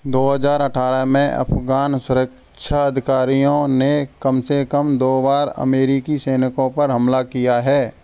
दौ हज़ार अट्ठारह में अफ़ग़ान में सुरक्षा अधिकारियों ने कम से कम दौ बार अमेरिकी सैनिकों पर हमला किया है